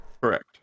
correct